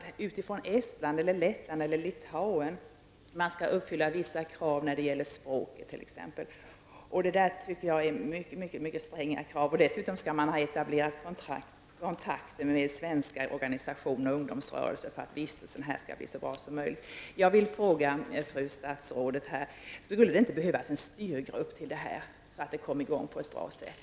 Man skall från Estland, Lettland eller Litauen ha ordnat bostad, man skall uppfylla vissa krav när det gäller språket, och man skall dessutom ha etablerat kontakter med svenska organisationer och ungdomsrörelser för att vistelsen här skall bli så bra som möjligt.